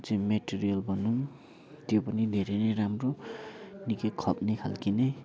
चाहिँ मटेरियल भनौँ त्यो पनि धेरै नै राम्रो निकै खप्ने खालको नै